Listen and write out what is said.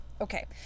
okay